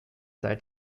seit